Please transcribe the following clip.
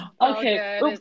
Okay